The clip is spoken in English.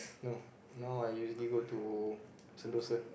no now I usually go to Sentosa